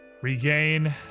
regain